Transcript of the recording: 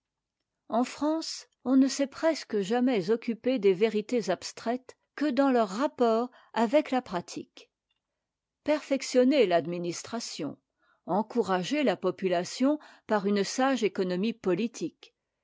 en france on ne s'est presque jamais occupé des vérités abstraites que dans leur rapport avec la pratique perfectionner i'administration encourager la population par une sage économie politique